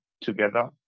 together